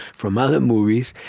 from other movies.